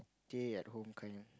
stay at home kind